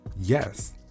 Yes